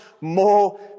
more